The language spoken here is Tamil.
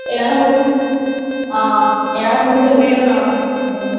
என்னால் முடிஞ்ச ஆ என்னால் முடிஞ்ச வரையும் நான்